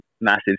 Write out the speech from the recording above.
massive